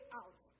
out